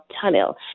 tunnel